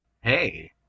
Hey